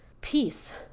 peace